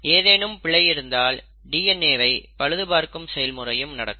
ஏதேனும் பிழை இருந்தால் டிஎன்ஏ வை பழுது பார்க்கும் செயல் முறை நடக்கும்